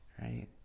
right